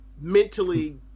mentally